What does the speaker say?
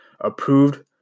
approved